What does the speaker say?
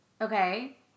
Okay